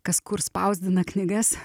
kas kur spausdina knygas